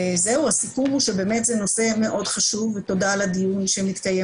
זהו הסיכום הוא שבאמת זה נושא מאוד חשוב ותודה על הדיון שמתקיים